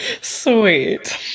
Sweet